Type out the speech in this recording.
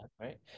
Right